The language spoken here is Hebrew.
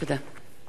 תודה.